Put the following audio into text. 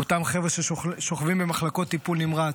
ואותם חבר'ה ששוכבים במחלקות טיפול נמרץ,